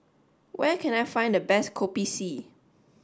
where can I find the best Kopi C